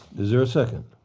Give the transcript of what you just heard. is there a second.